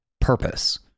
purpose